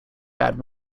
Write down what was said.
bad